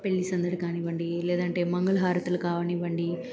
పెళ్లి సందడి కానివ్వండి లేదంటే మంగళ హారతులు కావనివ్వండి